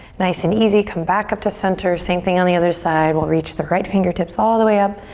nice and easy, come back up to center, same thing on the other side. we'll reach the right fingertips all the way up.